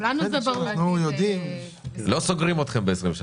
לא סוגרים אתכם ב-2023.